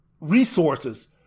resources